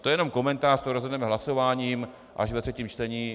To jen komentář, rozhodneme hlasováním až ve třetím čtení.